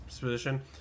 position